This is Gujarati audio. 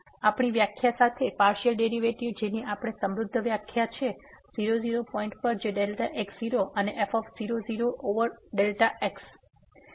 તેથી આપણી વ્યાખ્યા સાથે પાર્સીઅલ ડેરીવેટીવ જેની આપણી સમૃધ્ધ વ્યાખ્યા છે 00 પોઇન્ટ પર જે x0 અને f0 0 ઓવર x